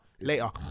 Later